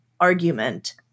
argument